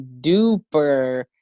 duper